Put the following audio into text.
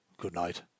good-night